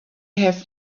have